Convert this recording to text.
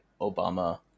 Obama